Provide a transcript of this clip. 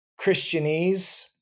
christianese